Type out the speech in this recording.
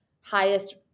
highest